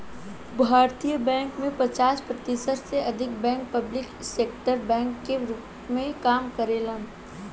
भारतीय बैंक में पचास प्रतिशत से अधिक बैंक पब्लिक सेक्टर बैंक के रूप में काम करेलेन